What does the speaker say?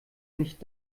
nicht